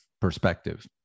perspective